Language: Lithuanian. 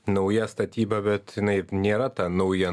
nauja statyba bet jinai nėra ta nauja